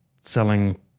selling